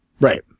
Right